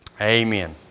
Amen